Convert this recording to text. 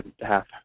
half